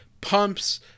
pumps